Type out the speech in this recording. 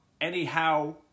Anyhow